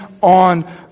on